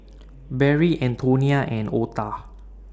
Barrie Antonia and Ota